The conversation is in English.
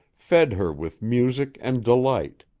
fed her with music and delight,